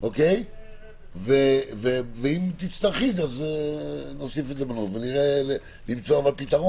עם וריאנט נדיר --- ואותו אני שולח הביתה.